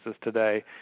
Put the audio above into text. today